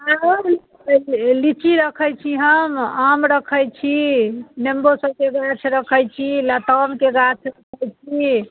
आएँ लिची रखैत छी हम आम रखैत छी नेम्बो सबके गाछ रखैत छी लतामके गाछ रखैत छी